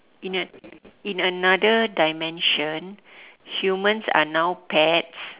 in an~ in another dimension humans are now pets